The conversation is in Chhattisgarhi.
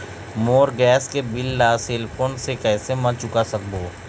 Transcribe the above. मोर गैस के बिल ला सेल फोन से कैसे म चुका सकबो?